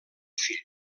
fill